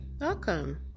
welcome